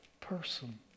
person